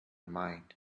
mind